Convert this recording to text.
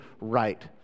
right